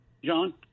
John